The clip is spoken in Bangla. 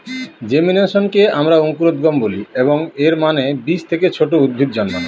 জেমিনেশনকে আমরা অঙ্কুরোদ্গম বলি, এবং এর মানে বীজ থেকে ছোট উদ্ভিদ জন্মানো